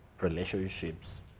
relationships